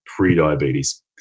prediabetes